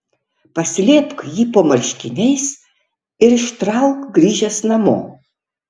paslėpk jį po marškiniais ir ištrauk grįžęs namo